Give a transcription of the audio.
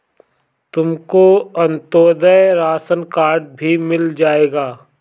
तुमको Antyodaya ration card भी मिल जाएगा